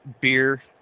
beer